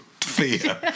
Fear